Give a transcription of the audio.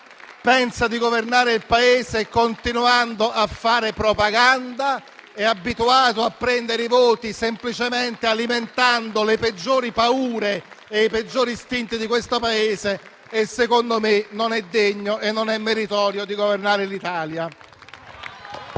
pensa di governare il Paese continuando a fare propaganda, è abituato a prendere i voti semplicemente alimentando le peggiori paure e i peggiori istinti di questo Paese e secondo me non è degno e non merita di governare l'Italia.